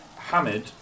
Hamid